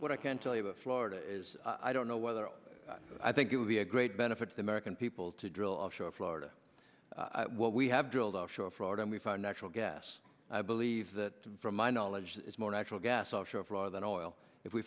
what i can tell you that florida is i don't know whether i think it would be a great benefit to the american people to drill offshore florida what we have drilled offshore fraud and we found natural gas i believe that from my knowledge is more natural gas off shore of rather than oil if we